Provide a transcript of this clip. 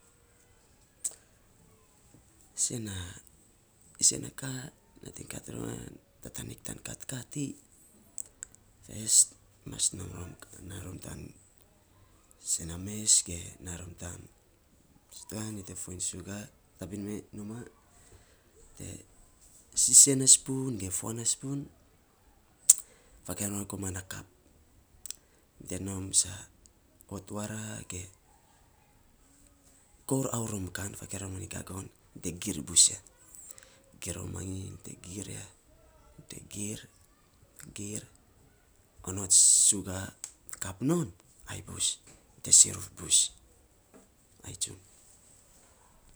Sen na isen na ka nating tatanik tan kat ka sen na mes ge naa rom tan stoa nyi te foiny suga, tabin men numaa te sen na spon ge fuan na spon fakei rom ya, koman na kap, te saa hot wara ge kour aurom kan fakei romanyi gagon te giir bus ya, giir romanyi, te giir ya, te giir onots suga kap non, ai bus, nyi te siruf bus ai tsun.